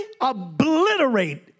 obliterate